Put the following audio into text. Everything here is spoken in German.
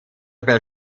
per